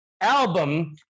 album